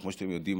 כמו שאתם יודעים,